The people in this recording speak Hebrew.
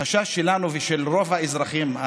החשש שלנו ושל רוב האזרחים,